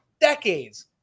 decades